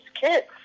kids